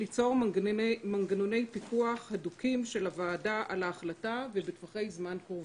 ליצור מנגנוני פיקוח הדוקים של הוועדה על ההחלטה ובטווחי זמן קרובים.